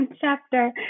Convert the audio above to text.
chapter